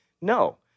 No